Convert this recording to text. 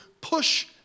push